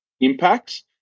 impacts